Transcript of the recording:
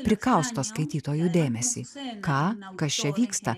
prikausto skaitytojų dėmesį ką kas čia vyksta